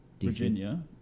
Virginia